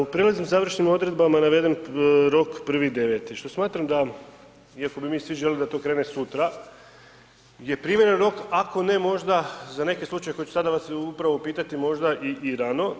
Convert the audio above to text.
U prelaznim, završnim odredbama je naveden rok 1.9. što smatram da iako bi mi svi željeli da to krene sutra, je primjeren rok, ako ne možda za neke slučajeve koje sada ću vas upravo pitati možda i rano.